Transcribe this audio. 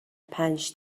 پنج